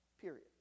Period